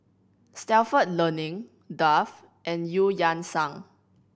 Stalford Learning Dove and Eu Yan Sang